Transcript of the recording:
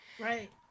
right